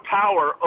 power